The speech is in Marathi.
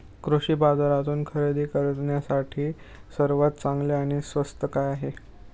कृषी बाजारातून खरेदी करण्यासाठी सर्वात चांगले आणि स्वस्त काय आहे?